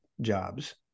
jobs